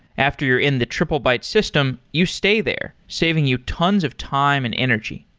after you're in the triplebyte system, you stay there, saving you tons of time and energy.